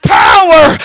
power